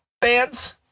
bands